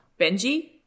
Benji